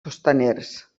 costaners